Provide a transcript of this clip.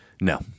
No